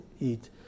eat